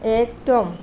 एखदम